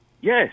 yes